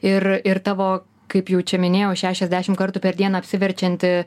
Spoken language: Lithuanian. ir ir tavo kaip jau čia minėjau šešiasdešimt kartų per dieną apsiverčiantį